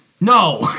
No